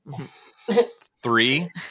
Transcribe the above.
three